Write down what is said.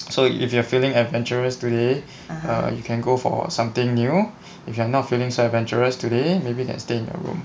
so if you're feeling adventurous today err you can go for err something new if you are not feeling so adventurous today maybe can stay in your room